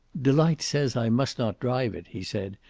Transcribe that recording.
delight says i must not drive it, he said.